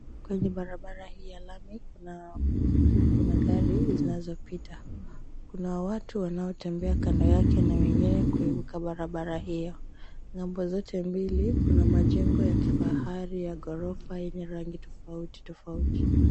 Kwenye barabara hii ya lami kuna gari zinazopita. Kuna watu wanaotembea kando yake na wengine kuivuka barabara hiyo. Ng'ambo zote mbili kuna majengo ya kifahari ya ghorofa yenye rangi tofauti tofauti.